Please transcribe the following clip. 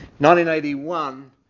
1981